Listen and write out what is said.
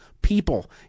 people